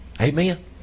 Amen